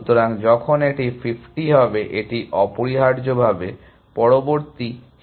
সুতরাং যখন এটি 50 হবে এটি অপরিহার্যভাবে পরবর্তী সেরা নোড হয়ে যাবে